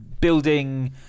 building